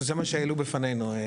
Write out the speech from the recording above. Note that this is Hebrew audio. זה מה שהעלו בפנינו.